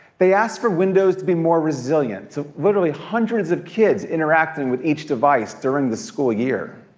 they asked for windows to be more resilient. so literally hundreds of kids interacting with each device during the school year.